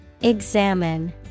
Examine